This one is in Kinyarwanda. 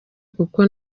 kuko